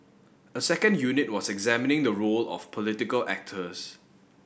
a second unit was examining the role of political actors